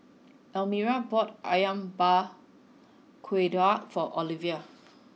Almira bought Ayam Buah Keluak for Ovila